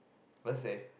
but say